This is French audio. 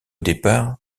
départ